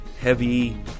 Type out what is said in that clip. heavy